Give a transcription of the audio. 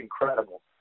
incredible